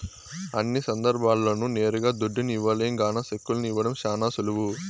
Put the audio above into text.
అన్ని సందర్భాల్ల్లోనూ నేరుగా దుడ్డుని ఇవ్వలేం గాన సెక్కుల్ని ఇవ్వడం శానా సులువు